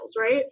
right